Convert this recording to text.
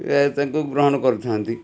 ଏ ତାଙ୍କୁ ଗ୍ରହଣ କରିଥାନ୍ତି